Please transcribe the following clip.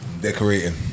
decorating